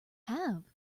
have